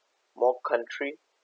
more country